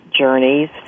journeys